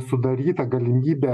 sudaryta galimybė